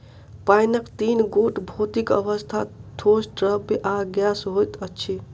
पाइनक तीन गोट भौतिक अवस्था, ठोस, द्रव्य आ गैस होइत अछि